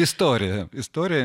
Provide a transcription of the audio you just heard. istorija istorija